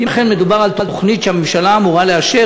אם אכן מדובר על תוכנית שהממשלה אמורה לאשר,